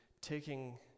taking